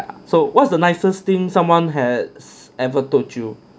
so what's the nicest thing someone has ever told you